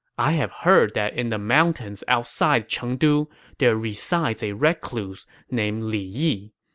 i have heard that in the mountains outside chengdu there resides a recluse named li yi.